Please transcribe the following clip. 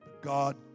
God